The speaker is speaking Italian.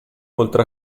oltre